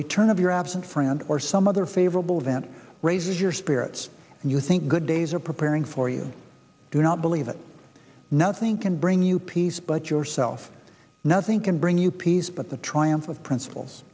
return of your absent friend or some other favorable event raises your spirits and you think good days are preparing for you do not believe that nothing can bring you peace but yourself nothing can bring you peace but the tri